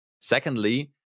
secondly